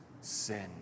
sin